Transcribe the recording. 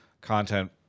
content